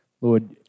Lord